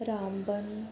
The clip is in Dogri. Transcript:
रामबन